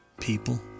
people